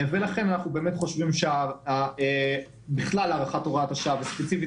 אנחנו חושבים שהארכת הוראת השעה וספציפית